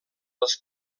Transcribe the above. els